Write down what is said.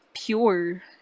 pure